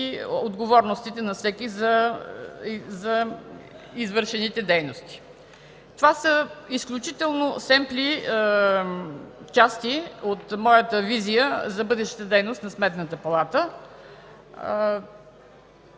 отговорностите на всеки за извършените дейности. Това са изключително семпли части от моята визия за бъдещата дейност на Сметната палата.